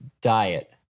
diet